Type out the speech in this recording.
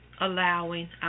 allowing